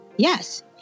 Yes